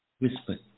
whispered